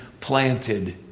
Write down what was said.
planted